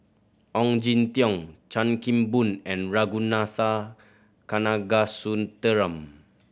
Ong Jin Teong Chan Kim Boon and Ragunathar Kanagasuntheram